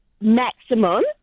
maximum